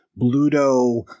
Bluto